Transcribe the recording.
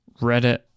reddit